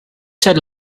said